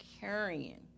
carrying